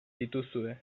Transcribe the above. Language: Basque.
dituzue